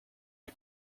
des